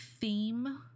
theme